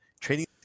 Training